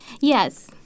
Yes